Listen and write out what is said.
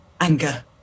anger